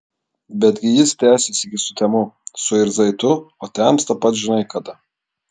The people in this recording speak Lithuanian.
betgi jis tęsis iki sutemų suirzai tu o temsta pats žinai kada